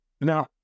now